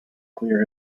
clear